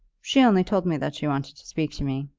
she only told me that she wanted to speak to me.